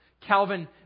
Calvin